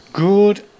Good